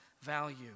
value